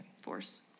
force